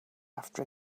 after